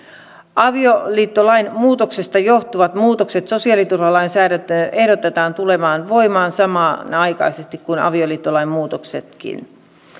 avioliittolain muutoksesta johtuvat muutokset sosiaaliturvalainsäädäntöön ehdotetaan tulemaan voimaan samanaikaisesti kuin avioliittolain muutoksetkin